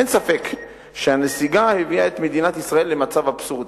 אין ספק שהנסיגה הביאה את מדינת ישראל למצב אבסורדי.